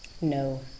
no